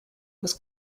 was